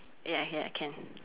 ya ya can